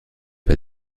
pas